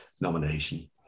nomination